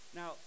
now